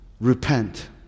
repent